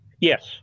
yes